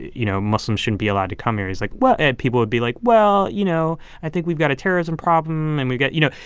you know, muslims shouldn't be allowed to come here? it's like, well and people would be like, well, you know, i think we've got a terrorism problem, and we've got you know.